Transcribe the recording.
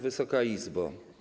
Wysoka Izbo!